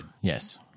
Yes